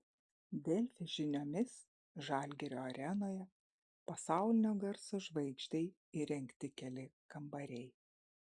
delfi žiniomis žalgirio arenoje pasaulinio garso žvaigždei įrengti keli kambariai